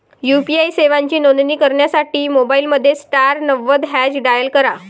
UPI सेवांची नोंदणी करण्यासाठी मोबाईलमध्ये स्टार नव्वद हॅच डायल करा